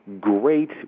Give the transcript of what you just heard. great